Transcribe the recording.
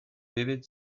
vivid